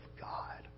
God